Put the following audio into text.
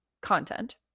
content